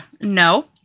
no